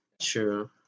True